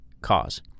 cause